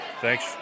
thanks